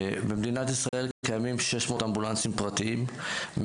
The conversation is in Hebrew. במדינת ישראל קיימים 600 אמבולנסים פרטיים,